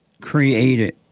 created